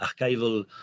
archival